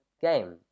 game